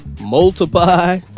multiply